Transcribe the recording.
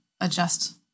adjust